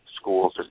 schools